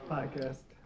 Podcast